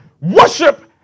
Worship